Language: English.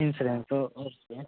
insurance okay